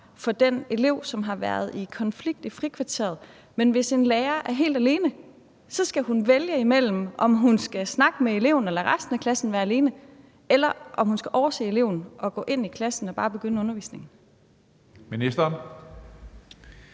for den elev, som har været i konflikt i frikvarteret, men hvis en lærer er helt alene, skal hun vælge imellem, om hun skal snakke med eleven og lade resten af klassen være alene, eller om hun skal overse eleven og gå ind i klassen og bare begynde undervisningen. Kl.